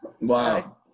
Wow